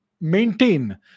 maintain